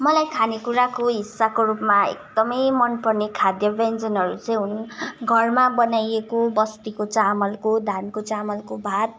मलाई खाने कुराको हिस्साको रूपमा एकदमै मनपर्ने खाद्य व्यञ्जनहरू चाहिँ हुन् घरमा बनाइएको बस्तीको चामलको धानको चामलको भात